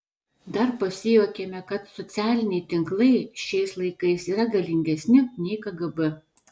dar pasijuokėme kad socialiniai tinklai šiais laikais yra galingesni nei kgb